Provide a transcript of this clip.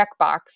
checkbox